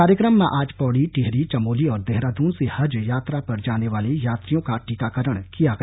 कार्यक्रम में आज पौड़ी टिहरी चमोली और देहराद्न से हज यात्रा पर जाने वाले यात्रियों का टीकाकरण किया गया